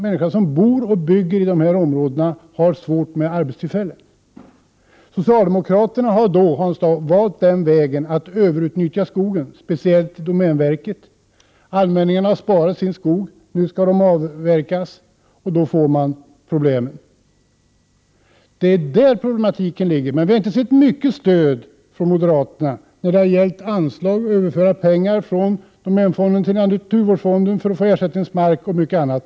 Människorna som bor och bygger i dessa områden har svårt när det gäller arbetstillfällen. Socialdemokraterna har då, Hans Dau, valt vägen att överutnyttja skogen. Speciellt gäller detta domänverket. Andra har sparat sin skog, men nu skall den avverkas och då uppstår det problem. Det är där som problematiken ligger, men vi har inte sett mycket stöd från moderaternas sida när det gällt anslag och överföring av pengar från domänfonden till naturvårdsfonden för att få ersättningsmark och mycket annat.